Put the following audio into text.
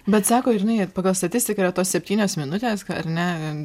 bet sako ir žinai pagal statistiką yra tos septynios minutės ar ne